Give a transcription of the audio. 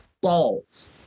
balls